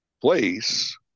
place